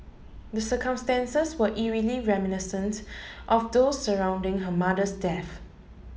the circumstances were eerily reminiscent of those surrounding her mother's death